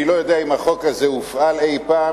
אני לא יודע אם החוק הזה הופעל אי-פעם.